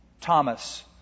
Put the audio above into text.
Thomas